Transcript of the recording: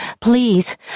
please